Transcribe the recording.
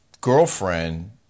girlfriend